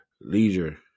Leisure